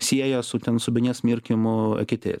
sieja su ten subinės mirkymu eketėj